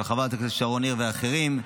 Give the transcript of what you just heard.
של חברת הכנסת שרון ניר ואחרים.